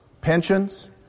pensions